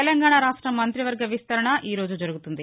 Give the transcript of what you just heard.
తెలంగాణా రాష్ట మంతివర్గ విస్తరణ ఈరోజు జరుగుతుంది